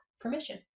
permission